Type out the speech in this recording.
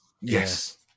Yes